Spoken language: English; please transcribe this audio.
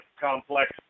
complex